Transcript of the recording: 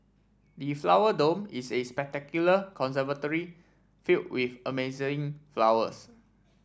the Flower Dome is a spectacular conservatory filled with amazing flowers